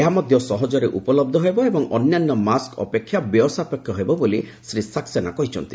ଏହା ମଧ୍ୟ ସହଜରେ ଉପଲବ୍ଧ ହେବ ଏବଂ ଅନ୍ୟାନ୍ୟ ମାସ୍କ୍ ଅପେକ୍ଷା ବ୍ୟୟ ସାପେକ୍ଷ ହେବ ବୋଲି ଶ୍ରୀ ସାକସେନା କହିଛନ୍ତି